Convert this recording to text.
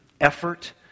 effort